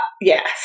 Yes